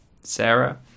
Sarah